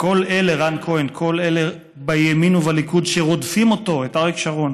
רן כהן: "כל אלה בימין ובליכוד שרודפים אותו" את אריק שרון,